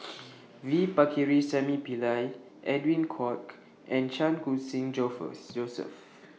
V Pakirisamy Pillai Edwin Koek and Chan Khun Sing Joseph